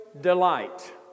delight